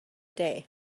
day